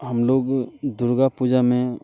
हम लोग दुर्गा पूजा में